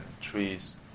trees